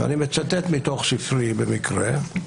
אני מצטט מתוך ספרי, במקרה.